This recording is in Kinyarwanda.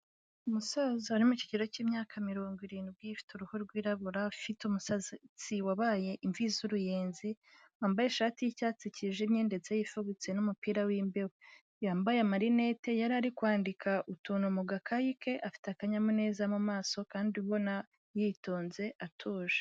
Umusaza uri mu kigero cy'imyaka mirongo irindwi ufite uruhu rwirabura ufite umusatsi wabaye imvi z'uruyenzi wambaye ishati y'icyatsi kijimye ndetse yifubitse n'umupira w'imbeho, yambaye amarinete yari ari kwandika utuntu mu gakayi ke afite akanyamuneza mu maso kandi ubona yitonze atuje.